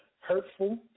hurtful